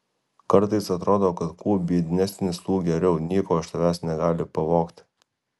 kartais atrodo kad kuo biednesnis tuo geriau nieko iš tavęs negali pavogti